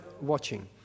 watching